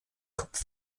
kopf